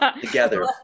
together